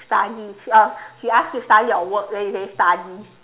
study oh she ask you to study or work and then you say study